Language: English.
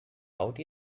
out